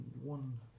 one